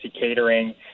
catering